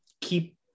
keep